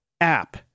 app